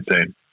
insane